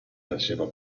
faceva